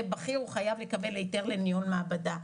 בכיר הוא חייב לקבל היתר לניהול מעבדה,